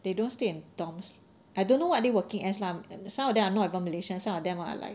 they don't stay in dorms I don't know what are they working as lah some of them are not even malaysians some of them are like